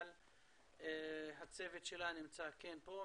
אבל הצוות כן נמצא פה,